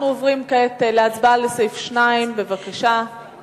אנחנו עוברים כעת להצבעה על סעיף 2, על